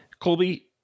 Colby